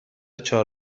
چهار